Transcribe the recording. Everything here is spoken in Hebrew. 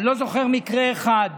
אני לא זוכר מקרה אחד